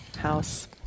house